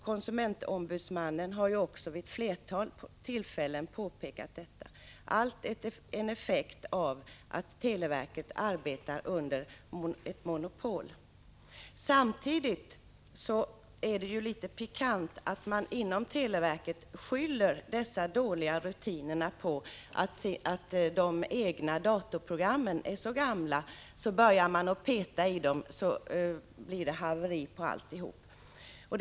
Konsumentombudsmannen har ju också vid ett flertal tillfällen påpekat detta. Allt är en effekt av att televerket arbetar under monopol. Samtidigt är det litet pikant att man inom televerket skyller dessa dåliga rutiner på att de egna datorprogrammen är så gamla, att om man började peta i dem skulle alltihopa komma att haverera.